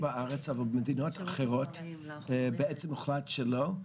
בארץ אבל מדינות אחרות בעצם הוחלט שלא?